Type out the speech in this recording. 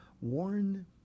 Warn